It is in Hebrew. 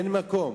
אין מקום.